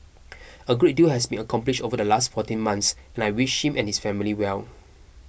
a great deal has been accomplished over the last fourteen months and I wish him and his family well